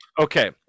Okay